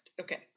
Okay